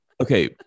Okay